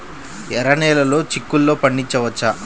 ఎర్ర నెలలో చిక్కుల్లో పండించవచ్చా?